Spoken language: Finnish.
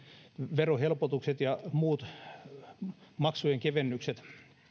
verohelpotukset ja muut maksujen kevennykset